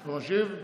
אתה משיב?